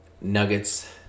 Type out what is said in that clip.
Nuggets